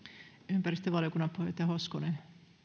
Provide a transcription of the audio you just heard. ympäristövaliokunnan puheenjohtaja hoskonen arvoisa